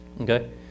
Okay